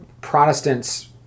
Protestants